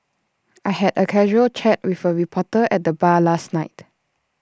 I had A casual chat with A reporter at the bar last night